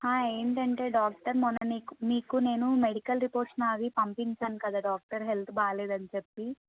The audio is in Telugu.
ఏంటంటే డాక్టర్ మొన్న నీకు మీకు మెడికల్ రిపోర్ట్ నాది పంపించాను కదా డాక్టర్ హెల్త్ బాలేదని చెప్పి